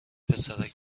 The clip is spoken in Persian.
پسرک